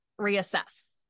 reassess